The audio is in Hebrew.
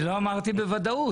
אני לא אמרתי בוודאות,